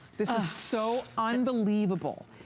this is so on believable,